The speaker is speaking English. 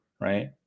right